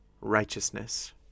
righteousness